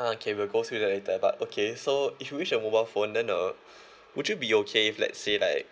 ah okay we'll go through that later but okay so if you wish a mobile phone then uh would you be okay if let's say like